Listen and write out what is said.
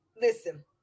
listen